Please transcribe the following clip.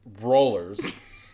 Rollers